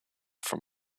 from